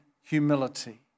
humility